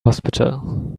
hospital